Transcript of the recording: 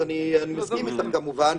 אני מסכים איתך, כמובן.